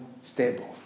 stable